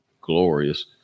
glorious